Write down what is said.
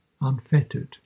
unfettered